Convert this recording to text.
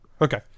Okay